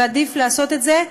ועדיף לעשות את זה,